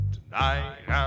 Tonight